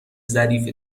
ظریفی